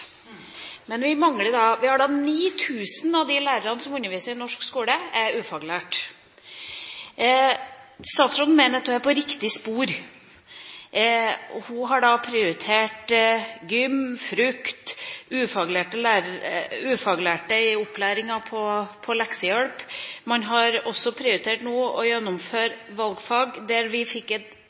som underviser i norsk skole, er ufaglærte. Statsråden mener at hun er på riktig spor. Hun har prioritert gym, frukt og ufaglærte i opplæringa på leksehjelp. Man har nå prioritert å gjennomføre valgfag. Vi fikk et